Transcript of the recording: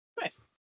Nice